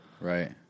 Right